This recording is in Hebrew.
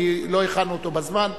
כי לא הכנו אותו בזמן.